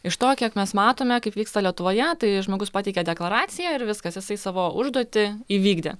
iš to kiek mes matome kaip vyksta lietuvoje tai žmogus pateikia deklaraciją ir viskas jisai savo užduotį įvykdė